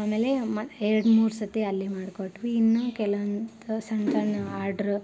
ಆಮೇಲೆ ಮ ಎರ್ಡು ಮೂರು ಸರ್ತಿ ಅಲ್ಲಿ ಮಾಡ್ಕೊಟ್ವಿ ಇನ್ನು ಕೆಲ್ವೊಂದು ಸಣ್ಣ ಸಣ್ಣ ಆಡ್ರ್